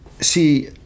see